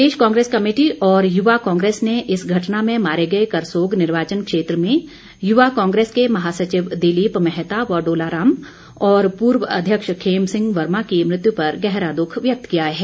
प्रदेश Congress committee और युवा Congress ने इस घटना में मारे गए करसोग निर्वाचन क्षेत्र में यूवा कांग्रेस के महासचिव दिलीप मेहता व डोला राम और पूर्व अध्यक्ष खेम सिंह वर्मा की मृत्यु पर गहरा दुख व्यक्त किया है